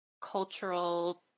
cultural